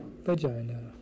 vagina